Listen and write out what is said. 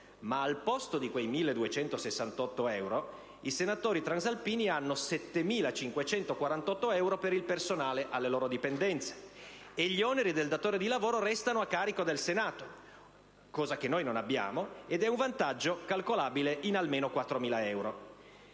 Ma al posto di quei 1.268 euro i senatori transalpini hanno 7.548 euro per il personale alle loro dipendenze; in più, gli oneri del datore di lavoro restano a carico del Senato, cosa che noi non abbiamo, un vantaggio calcolabile in almeno 4.000 euro.